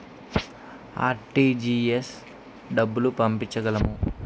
RTGS డబ్బులు పంపించగలము?